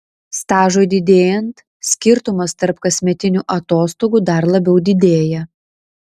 stažui didėjant skirtumas tarp kasmetinių atostogų dar labiau didėja